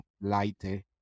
lighter